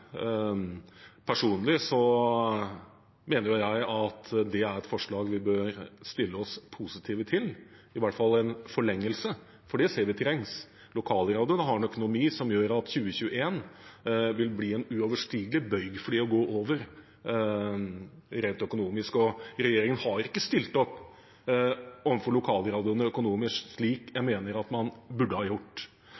Personlig mener jeg at det er et forslag vi bør stille oss positive til, i hvert fall en forlengelse, for det ser vi trengs. Lokalradioen har en økonomi som gjør at 2021 vil bli en uoverstigelig bøyg for dem å gå over rent økonomisk, og regjeringen har ikke stilt opp overfor lokalradioene økonomisk slik jeg